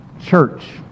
church